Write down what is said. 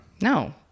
No